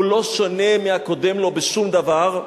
הוא לא שונה מהקודם לו בשום דבר,